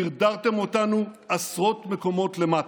דרדרתם אותנו עשרות מקומות למטה.